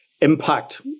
impact